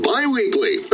Bi-weekly